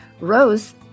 Rose